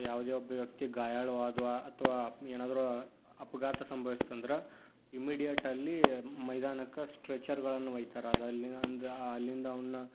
ಯಾವುದೇ ಒಬ್ಬ ವ್ಯಕ್ತಿ ಗಾಯಾಳು ಆದ್ವು ಅಥವಾ ಏನಾದರೂ ಅಪಘಾತ ಸಂಭವಿಸ್ತಂದ್ರೆ ಇಮ್ಮಿಡಿಯೆಟ್ಟಲ್ಲಿ ಮೈದಾನಕ್ಕೆ ಸ್ಟ್ರೆಚರ್ಗಳನ್ನು ಒಯ್ತಾರೆ ಅದು ಅಲ್ಲಿಂದ ಅವನ್ನ